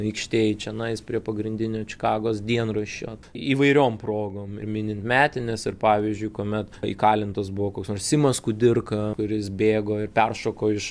aikštėj čianais prie pagrindinio čikagos dienraščio įvairiom progom ir minint metines ir pavyzdžiui kuomet įkalintas buvo koks nors simas kudirka kuris bėgo ir peršoko iš